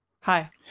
hi